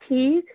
ٹھیٖک